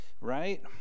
right